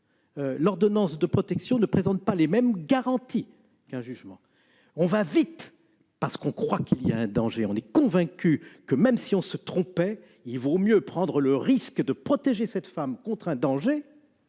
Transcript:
L'ordonnance de protection ne présente pas les mêmes garanties qu'un jugement : on va vite parce qu'on croit qu'il y a un danger ; on est convaincu qu'il vaut mieux prendre le risque de se tromper en protégeant cette femme contre un danger